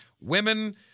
women